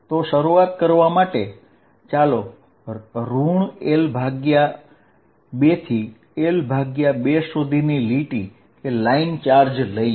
તો શરૂઆત કરવા માટે L2 થી L2 સુધીનો લાઈન ચાર્જ લઈએ